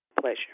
Pleasure